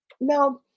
Now